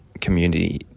community